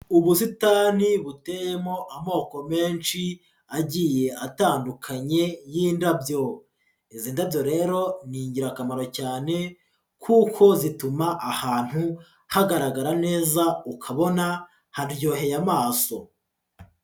Ubusitani buteyemo amoko menshi agiye atandukanye y'indabyo. Izi ndabyo rero ni ingirakamaro cyane kuko zituma ahantu hagaragara neza ukabona haryoheye amaso.